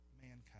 Mankind